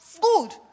good